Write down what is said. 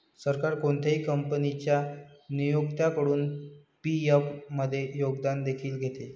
सरकार कोणत्याही कंपनीच्या नियोक्त्याकडून पी.एफ मध्ये योगदान देखील घेते